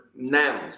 Nouns